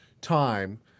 time